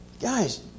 Guys